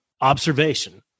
observation